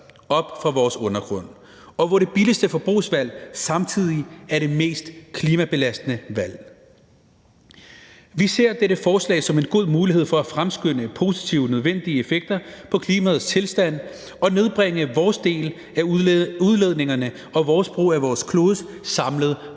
op fra vores undergrund, og hvor det billigste forbrugsvalg samtidig er det mest klimabelastende valg. Vi ser dette forslag som en god mulighed for at fremskynde positive, nødvendige effekter på klimaets tilstand og nedbringe vores del af udledningerne og vores brug af vores klodes samlede